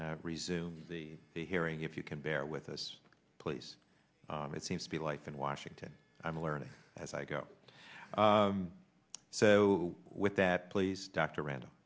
resume the hearing if you can bear with us please it seems to be like in washington i'm learning as i go so with that please dr rand